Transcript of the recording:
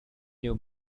knew